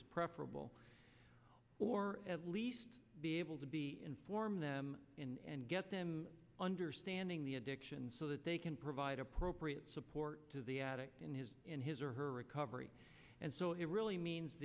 is preferable or at least be able to be inform them and get them understanding the addiction so that they can provide appropriate support to the addict in his in his or her recovery and so really means